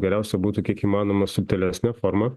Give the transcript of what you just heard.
geriausia būtų kiek įmanoma subtilesne forma